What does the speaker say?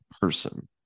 person